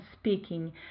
speaking